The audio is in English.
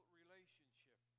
relationship